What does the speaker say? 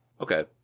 Okay